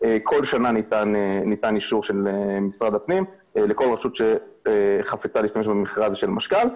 כל שנה ניתן אישור של משרד הפנים לכל רשות שחפצה להשתמש במכרז של משכ"ל.